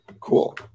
Cool